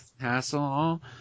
hassle